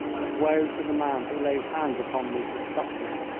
but woe to the man who lays hands upon me to stop me.